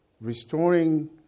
restoring